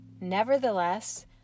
Nevertheless